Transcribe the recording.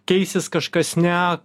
keisis kažkas ne